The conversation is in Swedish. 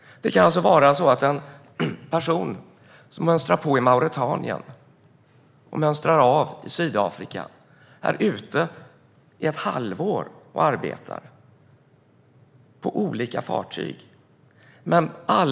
Det kan alltså röra sig om en person som mönstrar på i Mauretanien och mönstrar av i Sydafrika och som är ute och arbetar på olika fartyg i ett halvår.